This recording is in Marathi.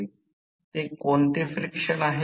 ते कोणते फ्रिक्शन आहेत